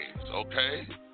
Okay